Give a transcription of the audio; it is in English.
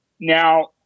Now